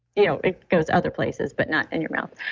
you know it goes other places but not in your mouth